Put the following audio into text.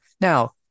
now